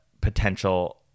potential